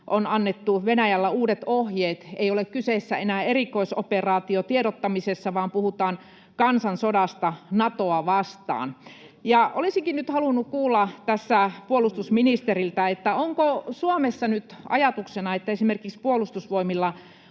on annettu Venäjällä uudet ohjeet: tiedottamisessa ei ole kyseessä enää erikoisoperaatio, vaan puhutaan kansansodasta Natoa vastaan. Olisinkin nyt halunnut kuulla tässä puolustusministeriltä: onko Suomessa nyt ajatuksena, että esimerkiksi Puolustusvoimilla